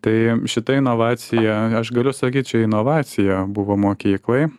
tai šita inovacija aš galiu sakyti čia inovacija buvo mokykloje